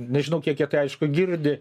nežinau kiek jie tai aišku girdi